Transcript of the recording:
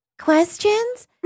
Questions